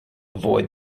avoid